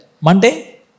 Monday